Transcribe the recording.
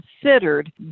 considered